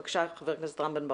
בבקשה, חבר הכנסת רם בן ברק.